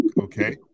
okay